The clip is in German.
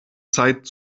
zeit